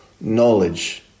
knowledge